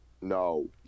No